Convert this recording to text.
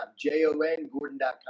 J-O-N-Gordon.com